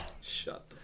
shut